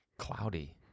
cloudy